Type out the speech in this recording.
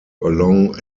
along